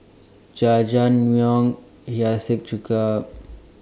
Jajangmyeon Hiyashi Chuka